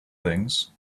things